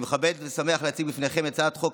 אני מתכבד ושמח להציג בפניכם את הצעת חוק